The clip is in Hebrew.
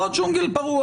לא ג'ונגל פרוע.